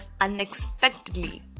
unexpectedly